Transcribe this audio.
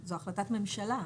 זו החלטת ממשלה.